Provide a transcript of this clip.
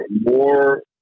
more